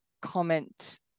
comment